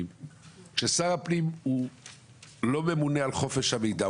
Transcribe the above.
כאשר שר הפנים לא ממונה על חופש המידע,